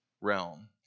realm